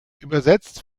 übersetzt